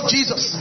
Jesus